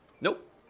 Nope